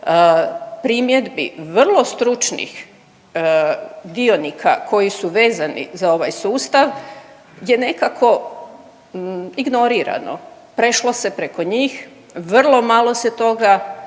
primjedbi vrlo stručnih dionika koji su vezani za ovaj sustav je nekako ignorirano, prešlo se preko njih. Vrlo malo se toga